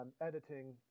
editing